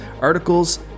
articles